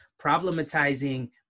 problematizing